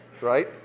right